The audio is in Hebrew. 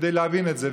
כדי להבין את זה.